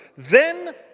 then,